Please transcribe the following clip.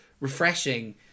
refreshing